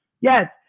Yes